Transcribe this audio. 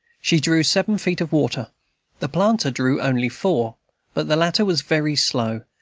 she drew seven feet of water the planter drew only four but the latter was very slow,